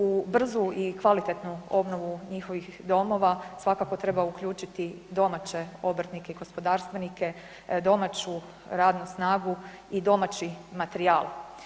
U brzu i kvalitetnu obnovu njihovih domova svakako treba uključiti domaće obrtnike i gospodarstvenike, domaću radnu snagu i domaći materijal.